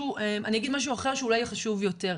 אגיד משהו אחר שהוא אולי חשוב יותר.